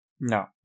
No